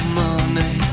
money